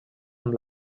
amb